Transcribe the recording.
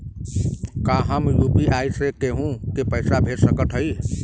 का हम यू.पी.आई से केहू के पैसा भेज सकत हई?